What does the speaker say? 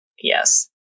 Yes